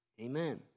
Amen